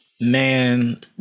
Man